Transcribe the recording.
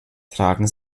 tragen